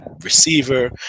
receiver